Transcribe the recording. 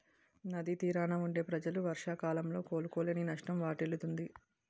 నది తీరాన వుండే ప్రజలు వర్షాకాలంలో కోలుకోలేని నష్టం వాటిల్లుతుంది